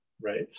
right